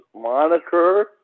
moniker